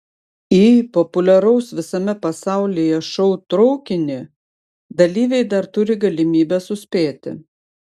į populiaraus visame pasaulyje šou traukinį dalyviai dar turi galimybę suspėti